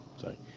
sorry